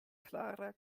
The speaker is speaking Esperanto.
klara